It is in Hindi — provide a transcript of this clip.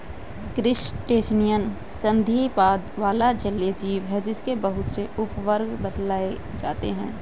क्रस्टेशियन संधिपाद वाला जलीय जीव है जिसके बहुत से उपवर्ग बतलाए जाते हैं